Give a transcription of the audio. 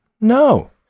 No